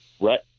Right